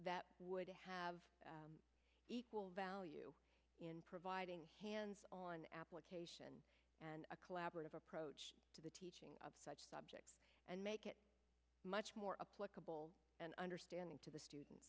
that would have equal value in providing hands on application and a collaborative approach to the teaching of such subjects and make it much more a portable and understanding to the student